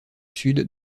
sud